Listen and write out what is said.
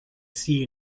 see